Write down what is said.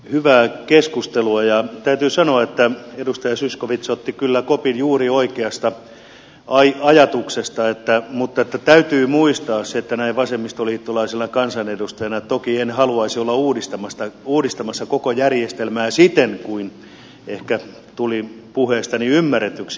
hyvää keskustelua ja täytyy sanoa että edustaja zyskowicz otti kyllä kopin juuri oikeasta ajatuksesta mutta täytyy muistaa se että näin vasemmistoliittolaisena kansanedustajana toki en haluaisi olla uudistamassa koko järjestelmää siten kuin ehkä tulin puheestani ymmärretyksi